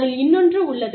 அதில் இன்னொன்று உள்ளது